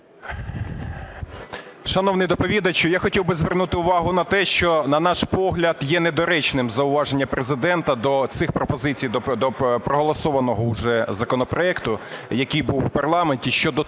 Шановний доповідачу, я хотів би звернути увагу на те, що, на наш погляд, є недоречним зауваження Президента до цих пропозицій до проголосованого уже законопроекту, який був у парламенті, щодо того,